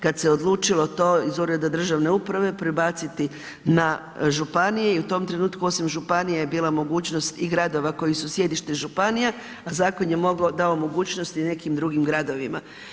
Kada se odlučilo to iz Ureda državne uprave prebaciti na županije i u tom trenutku osim županija je bila mogućnost i gradova koji su sjedište županija a zakon je dao mogućnost i nekim drugim gradovima.